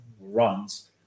runs